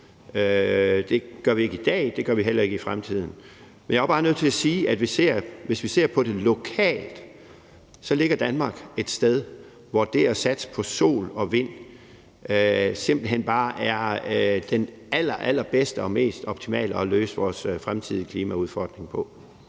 Det gør vi ikke i dag, og det gør vi heller ikke i fremtiden. Men jeg er jo også bare nødt til at sige, at Danmark, hvis vi ser lokalt på det, ligger et sted, hvor det at satse på sol og vind simpelt hen bare er den allerallerbedste og mest optimale måde at løse vores fremtidige klimaudfordring på.